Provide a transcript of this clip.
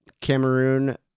Cameroon